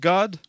God